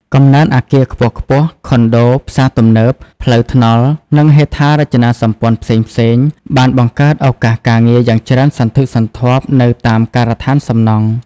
កំណើនអគារខ្ពស់ៗ ខុនដូ ផ្សារទំនើប ផ្លូវថ្នល់ និងហេដ្ឋារចនាសម្ព័ន្ធផ្សេងៗ បានបង្កើតឱកាសការងារយ៉ាងច្រើនសន្ធឹកសន្ធាប់នៅតាមការដ្ឋានសំណង់។